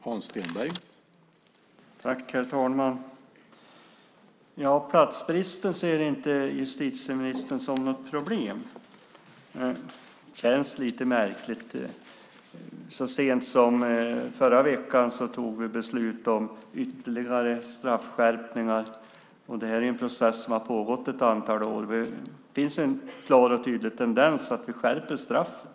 Herr talman! Justitieministern ser inte platsbrisen som något problem. Det känns lite märkligt. Så sent som i förra veckan tog vi beslut om ytterligare straffskärpningar, och det här är en process som har pågått i ett antal år. Det finns en klar och tydlig tendens att vi skärper straffen.